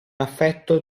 affetto